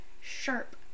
sharp